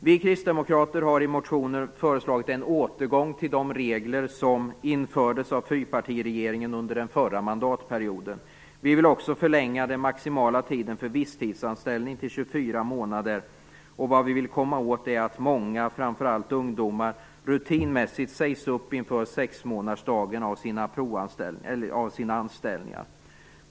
Vi kristdemokrater har i motioner föreslagit en återgång till de regler som infördes av fyrpartiregeringen under den förra mandatperioden. Vi vill också förlänga den maximala tiden för visstidsanställning till 24 månader. Det vi vill komma åt är att många, framför allt ungdomar, rutinmässigt sägs upp inför sexmånadersdagen av sina anställningar.